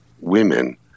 women